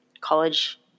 college